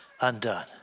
undone